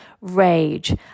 rage